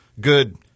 good